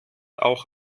auch